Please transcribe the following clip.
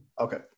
Okay